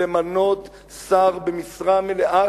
למנות שר במשרה מלאה,